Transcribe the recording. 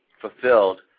fulfilled